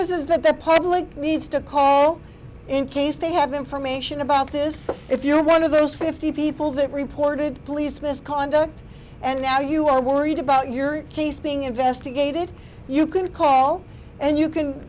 is is that the public needs to call in case they have information about this so if you're one of those fifty people that reported police misconduct and now you are worried about your case being investigated you can call and you can